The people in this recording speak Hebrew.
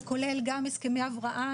זה כולל גם הסכמי הבראה,